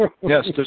Yes